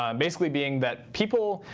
um basically being that people,